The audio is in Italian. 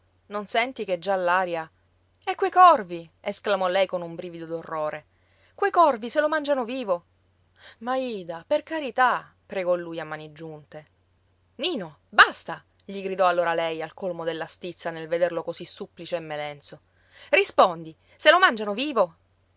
non senti che già l'aria e quei corvi esclamò lei con un brivido d'orrore quei corvi se lo mangiano vivo ma ida per carità pregò lui a mani giunte nino basta gli gridò allora lei al colmo della stizza nel vederlo così supplice e melenso rispondi se lo mangiano vivo